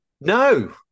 No